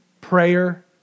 prayer